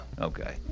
okay